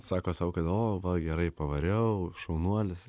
sako sau kad o va gerai pavariau šaunuolis